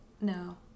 no